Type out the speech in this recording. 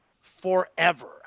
forever